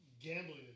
gambling